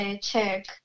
check